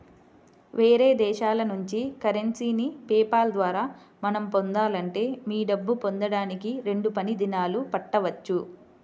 వేరే దేశాల నుంచి కరెన్సీని పే పాల్ ద్వారా మనం పొందాలంటే మీ డబ్బు పొందడానికి రెండు పని దినాలు పట్టవచ్చు